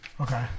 Okay